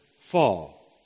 fall